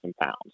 pounds